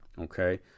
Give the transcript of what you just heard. Okay